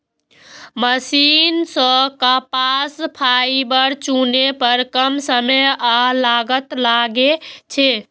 machine सं कपास fibre चुनै पर कम समय आ लागत लागै छै